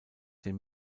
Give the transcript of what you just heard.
den